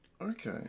Okay